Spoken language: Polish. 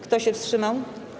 Kto się wstrzymał?